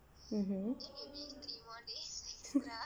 mmhmm